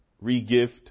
re-gift